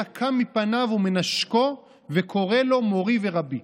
היה קם מפניו ומנשקו וקורא לו מורי ורבי.